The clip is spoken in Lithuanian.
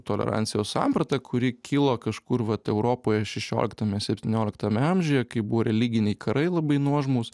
tolerancijos samprata kuri kilo kažkur vat europoje šešioliktame septynioliktame amžiuje kai buvo religiniai karai labai nuožmūs